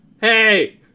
Hey